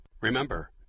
remember